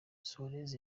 suarez